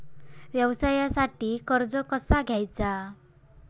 व्यवसायासाठी कर्ज कसा घ्यायचा?